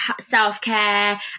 self-care